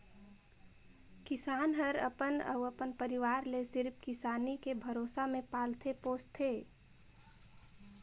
किसान हर अपन अउ अपन परवार ले सिरिफ किसानी के भरोसा मे पालथे पोसथे